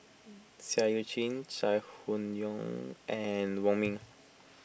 Seah Eu Chin Chai Hon Yoong and Wong Ming